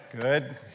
Good